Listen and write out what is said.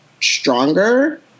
stronger